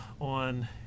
on